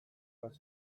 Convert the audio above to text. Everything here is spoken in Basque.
bat